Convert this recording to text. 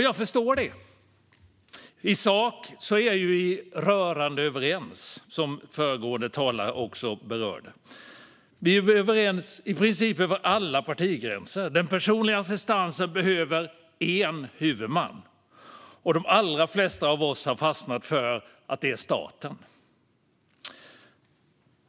Jag förstår att man undrar det. I sak är vi rörande överens, som föregående talare också sa. Vi är överens över i princip alla partigränser. Den personliga assistansen behöver en huvudman, och de allra flesta av oss har fastnat för att det är staten.